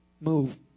Move